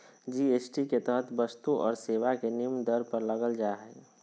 GST के तहत वस्तु और सेवा के निम्न दर पर लगल जा हइ